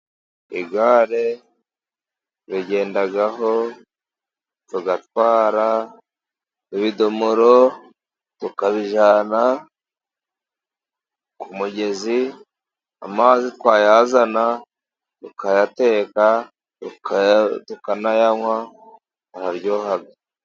Igare turigendaho tugatwara ibidomoro, tukabijyana ku mugezi, amazi twayazana tukayateka tukakayanywa araryoha.